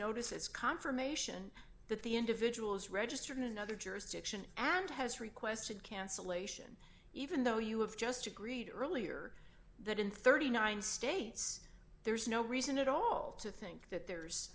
notice as confirmation that the individual is registered in another jurisdiction and has requested cancellation even though you have just agreed earlier that in thirty nine states there's no reason at all to think that there's